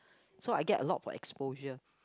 so I get a lot of exposure